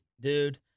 dude